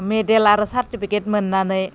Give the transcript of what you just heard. मेदेल आरो सारटिफिकेट मोननानै